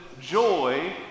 joy